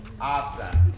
Awesome